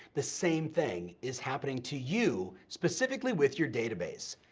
the same thing is happening to you, specifically with your database.